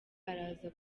araza